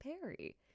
Perry